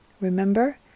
Remember